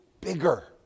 bigger